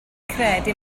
credu